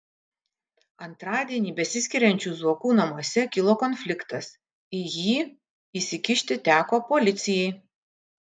antradienį besiskiriančių zuokų namuose kilo konfliktas į jį įsikišti teko policijai